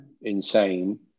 insane